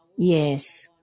Yes